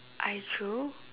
I drew